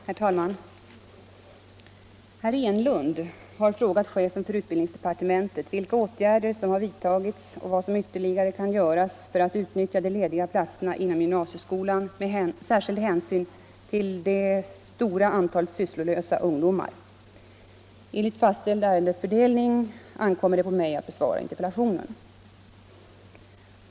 Herr talman! Herr Enlund har frågat chefen för utbildningsdepartementet vilka åtgärder som har vidtagits och vad som ytterligare kan göras för att utnyttja de lediga platserna inom gymnasieskolan med särskild hänsyn till det stora antalet sysslolösa ungdomar. Enligt fastställd ärendefördelning ankommer det på mig att besvara interpellationen.